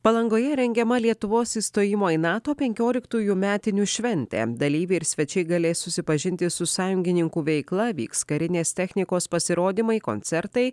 palangoje rengiama lietuvos įstojimo į nato penkioliktųjų metinių šventė dalyviai ir svečiai galės susipažinti su sąjungininkų veikla vyks karinės technikos pasirodymai koncertai